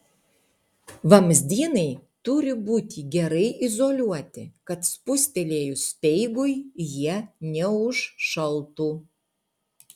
vamzdynai turi būti gerai izoliuoti kad spustelėjus speigui jie neužšaltų